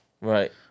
Right